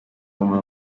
umuntu